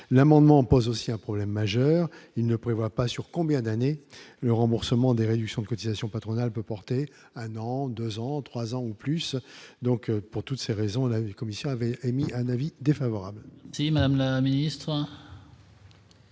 l'amendement pose aussi un problème majeur, il ne prévoit pas sur combien d'années le remboursement des réductions de cotisations patronales peut porter un an, 2 ans, 3 ans ou plus, donc pour toutes ces raisons, la Commission avait émis un avis défavorable. C'est madame la ministre.